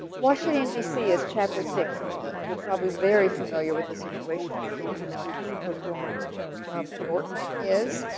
washington dc is chapter six in the book. you're probably very familiar with this situation. i'm sure you know who congresswoman norton is.